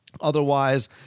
Otherwise